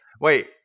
Wait